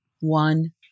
one